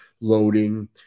loading